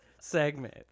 segment